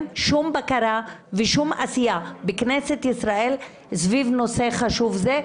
שום בקרה ושום עשייה בכנסת ישראל סביב נושא חשוב זה,